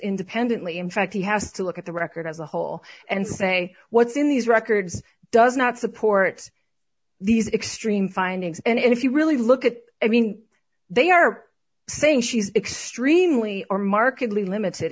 independently in fact he has to look at the record as a whole and say what's in these records does not support these extreme findings and if you really look at it i mean they are saying she's extremely or markedly limited